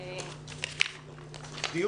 בשעה 12:08.